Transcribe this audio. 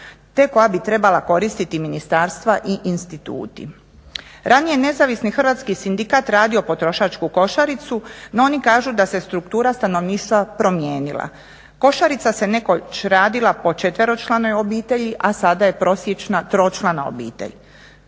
te koja bi trebala koristiti ministarstva i instituti. Ranije nezavisni hrvatski sindikat radio potrošačku košaricu, no oni kažu da se struktura stanovništva promijenila. Košarica se nekoć radila po četveročlanoj obitelji a sada je prosječna tročlana obitelj